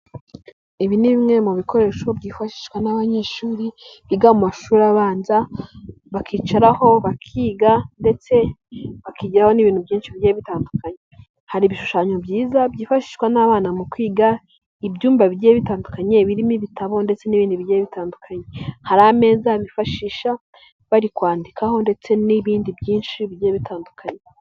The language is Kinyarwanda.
Ibi ni bimwe mu bikoresho byifashishwa n'abanyeshuri, biga mu mashuri abanza, bakicaraho bakiga ndetse bakigeraho n'ibintu byinshi bigiye, hari ibishushanyo byiza byifashishwa n'abana mu kwiga, ibyumba bigiye bitandukanye, ibirimo ibitabo ndetse n'ibindi bigiye bitandukanye, hari ameza bifashisha bari kwandikaho ndetse n'ibindi byinshi bigiye bitandukanye.